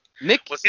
Nick